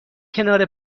کنار